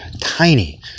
tiny